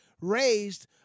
raised